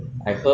uh